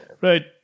Right